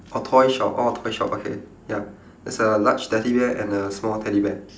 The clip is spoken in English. orh toy shop orh toy shop okay ya there's a large teddy bear and a small teddy bear